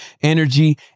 energy